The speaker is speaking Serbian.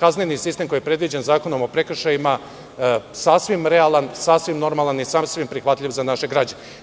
kazneni sistem koji je predviđen Zakonom o prekršajima sasvim realan, sasvim normalan i sasvim prihvatljiv za naše građane.